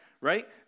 right